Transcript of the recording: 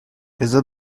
بذار